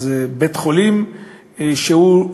אז בית-חולים שהוא,